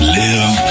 live